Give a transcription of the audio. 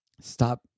stop